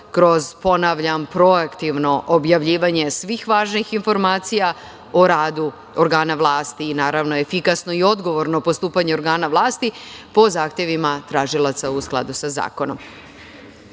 kroz, ponavljam, projektivno objavljivanje svih važnih informacija o radu organa vlasti i naravno efikasno i odgovorno postupanje organa vlasti po zahtevima tražilaca u skladu sa